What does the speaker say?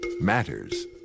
matters